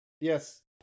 Yes